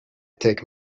take